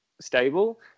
stable